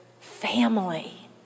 Family